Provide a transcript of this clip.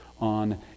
on